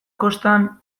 koskan